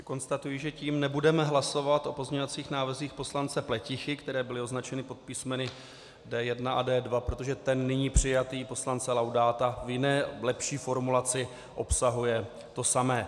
Konstatuji, že tím nebudeme hlasovat o pozměňovacích návrzích poslance Pletichy, které byly označeny pod písmeny D1 a D2, protože ten nyní přijatý poslance Laudáta v jiné, lepší formulaci obsahuje to samé.